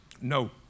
No